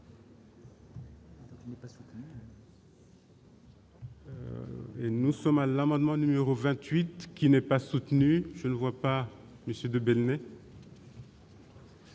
Nous sommes à l'amendement numéro 28 qui n'est pas soutenu, je ne vois pas, mais ceux